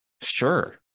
Sure